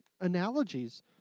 analogies